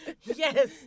Yes